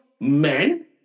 men